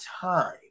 time